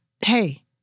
hey